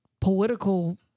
political